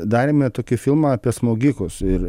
darėme tokį filmą apie smogikus ir